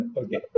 okay